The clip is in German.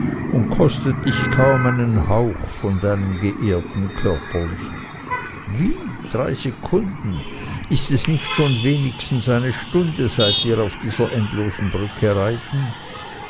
und kostet dich kaum einen hauch von deinem geehrten körperlichen wie drei sekunden ist es nicht wenigstens eine stunde seit wir auf dieser endlosen brücke reiten